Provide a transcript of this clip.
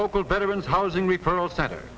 local veterans housing referral center